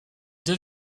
deux